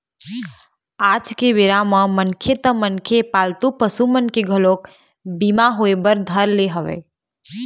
आज के बेरा म मनखे ते मनखे पालतू पसु मन के घलोक बीमा होय बर धर ले हवय